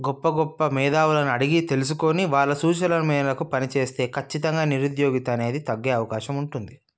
గొప్ప గొప్ప మేధావులను అడిగి తెలుసుకొని వాళ్ళ సూచనల మేరకు పనిచేస్తే ఖచ్చితంగా నిరుద్యోగిత అనేది తగ్గే అవకాశం ఉంటుంది